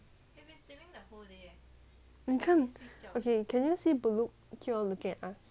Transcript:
你看 okay can you see ballut keep on looking at us